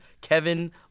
Kevin